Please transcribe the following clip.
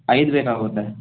ಐದು ಬೇಕಾಗುತ್ತೆ